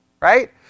Right